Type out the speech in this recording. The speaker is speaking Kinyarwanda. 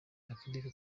akarere